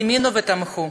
האמינו ותמכו.